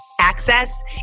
access